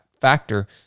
factor